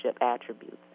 attributes